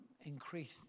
increase